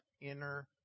inner